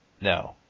No